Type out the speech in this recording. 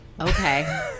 Okay